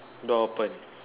door open